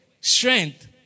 strength